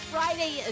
Friday